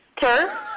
Sir